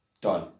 done